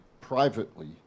privately